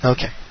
Okay